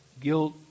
Guilt